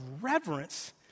reverence